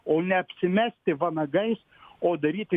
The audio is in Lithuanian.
o neapsimesti vanagais o daryti